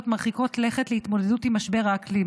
מרחיקות לכת להתמודדות עם משבר האקלים,